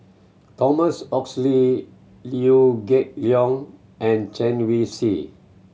Thomas Oxley Liew Geok Leong and Chen Wen Hsi